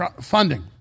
funding